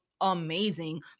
amazing